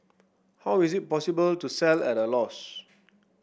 how is it possible to sell at a loss